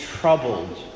troubled